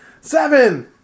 Seven